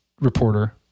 reporter